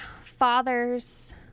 fathers